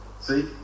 See